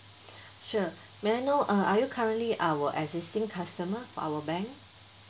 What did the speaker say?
sure may I know uh are you currently our existing customer for our bank